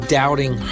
doubting